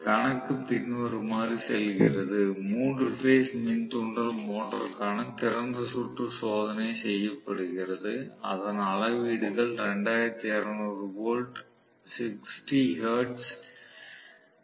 கணக்கு பின்வருமாறு செல்கிறது 3 பேஸ் மின் தூண்டல் மோட்டருக்கான திறந்த சுற்று சோதனை செய்யப் படுகிறது அதன் அளவீடுகள் 2200 வோல்ட் 60 ஹெர்ட்ஸ் 4